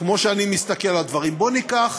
כמו שאני מסתכל על הדברים בואו ניקח